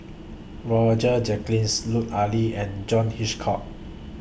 Roger Jenkins Lut Ali and John Hitchcock